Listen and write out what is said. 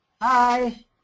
Hi